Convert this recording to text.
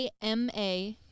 AMA